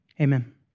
Amen